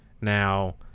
Now